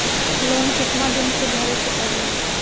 Loan कितना दिन मे भरे के पड़ी?